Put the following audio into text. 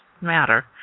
matter